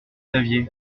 saviez